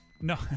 No